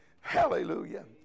Hallelujah